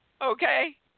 Okay